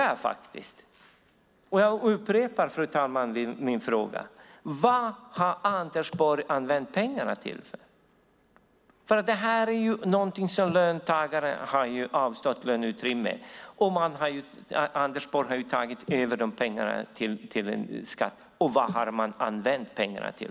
Jag upprepar, fru talman, min fråga: Vad har Anders Borg använt pengarna till? Detta är ju ett löneutrymme som löntagarna har avstått, och Anders Borg har tagit över pengarna till en skatt. Men vad har man använt pengarna till?